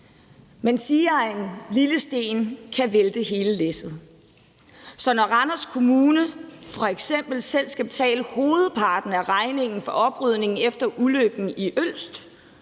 Man siger, at en lille sten kan vælte hele læsset. Så når Randers Kommune f.eks. selv skal betale hovedparten af regningen for oprydningen efter ulykken i Ølst,